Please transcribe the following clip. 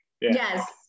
Yes